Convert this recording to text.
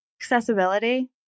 Accessibility